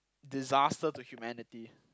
disaster to humanity